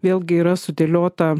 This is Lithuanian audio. vėlgi yra sudėliota